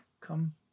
come